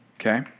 Okay